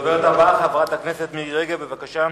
הדוברת הבאה, חברת הכנסת מירי רגב, בבקשה.